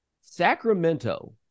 Sacramento